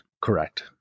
Correct